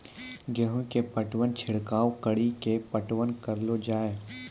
गेहूँ के पटवन छिड़काव कड़ी के पटवन करलो जाय?